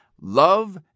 Love